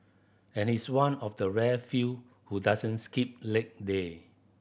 and he's one of the rare few who doesn't skip leg day